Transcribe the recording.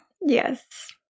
Yes